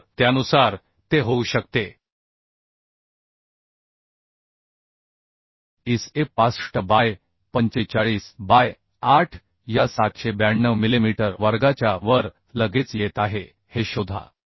तर त्यानुसार ते होऊ शकते ISA 65 बाय 45 बाय 8 या 792 मिलिमीटर वर्गाच्या वर लगेच येत आहे हे शोधा